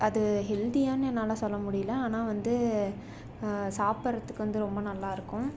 அது ஹெல்தியான்னு என்னால் சொல்ல முடியல ஆனால் வந்து சாப்பிட்றதுக்கு வந்து ரொம்ப நல்லா இருக்கும்